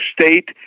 State